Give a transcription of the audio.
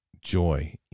joy